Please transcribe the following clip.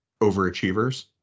overachievers